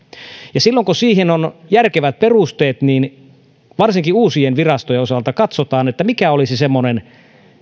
silloin kun siihen on järkevät perusteet niin varsinkin uusien virastojen osalta katsotaan mikä olisi semmoinen